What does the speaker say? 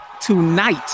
tonight